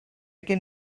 gen